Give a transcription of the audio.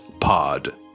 Pod